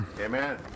Amen